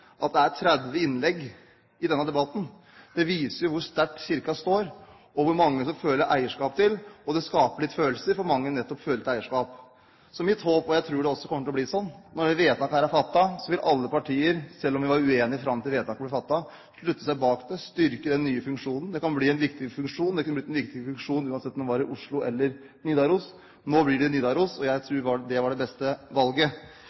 at det er holdt ca. 30 innlegg i denne debatten. Det viser hvor sterkt Kirken står, og hvor mange som føler eierskap til den. Det skaper litt følelser hos mange å føle nettopp et eierskap til den. Så mitt håp er, og jeg tror det også kommer til å bli sånn, at når dette vedtaket er fattet, så vil alle partier, selv om man var uenige fram til vedtaket ble fattet, stille seg bak det og styrke den nye funksjonen. Det kan bli en viktig funksjon. Det ville blitt en viktig funksjon uansett om den var lokalisert i Oslo eller Nidaros. Nå blir det Nidaros, og jeg